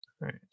right